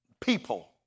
people